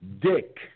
dick